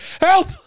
Help